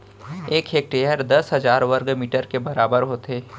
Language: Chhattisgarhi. एक हेक्टर दस हजार वर्ग मीटर के बराबर होथे